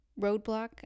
roadblock